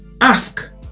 ask